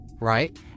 right